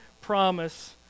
promise